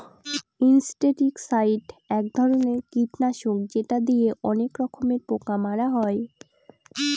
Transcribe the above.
insecticide এক ধরনের কীটনাশক যেটা দিয়ে অনেক রকমের পোকা মারা হয়